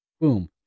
boom